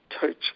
touch